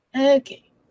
Okay